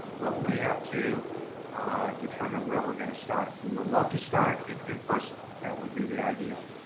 but we have to determine where we're gonna start. we would love to start in in-person, that would be the ideal.